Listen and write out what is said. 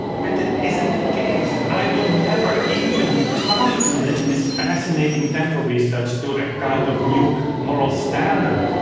but that isn't the case, i will never even try to lift this fascinating tempo research to a kind of new moral standard.